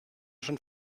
schon